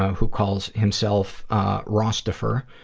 who calls himself rosstifer.